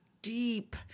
deep